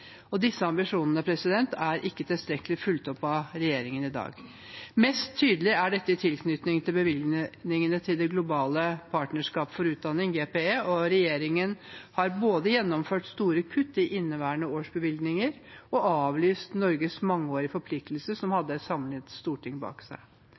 Disse ambisjonene er ikke tilstrekkelig fulgt opp av regjeringen i dag. Mest tydelig er dette i tilknytning til bevilgningene til Det globale partnerskapet for utdanning, GPE. Regjeringen har både gjennomført store kutt i inneværende års bevilgninger og avlyst Norges mangeårige forpliktelse, som hadde et samlet storting bak seg.